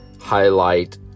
highlight